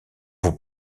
vous